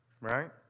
right